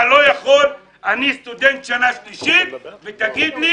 אם אני סטודנט שנה שלישית, אתה לא יכול להגיד לי: